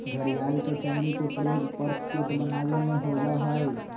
घड़ियाल के चमड़ी के प्रयोग पर्स कोट बनावे में होबा हई